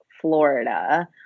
Florida